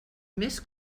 més